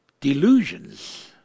delusions